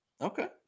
Okay